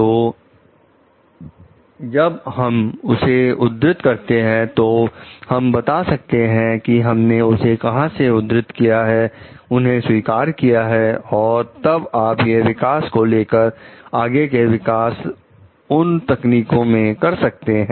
तो जब हम उसे उद्धृत करते हैं तो हम बता सकते हैं कि हमने उसे कहां से उद्धृत किया है उन्हें स्वीकृत किया है और तब आप उस विकास को लेकर आगे के विकास उन तकनीकों में कर सकते हैं